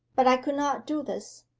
but i could not do this,